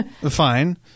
Fine